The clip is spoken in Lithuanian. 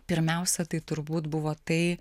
pirmiausia tai turbūt buvo tai